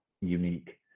unique